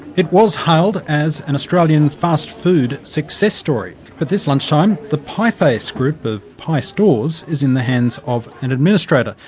it was hailed as an australian fast food success story, but this lunchtime the pie face group of pie stores is in the hands of an administrator.